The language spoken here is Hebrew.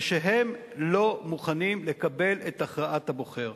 ושהם לא מוכנים לקבל את הכרעת הבוחר.